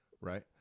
right